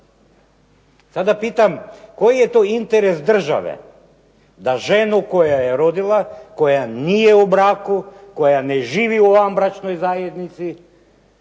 Sada pitam koji je to interes države da ženu koja je rodila, koja nije u braku, koja ne živi u vanbračnoj zajednici